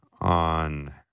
on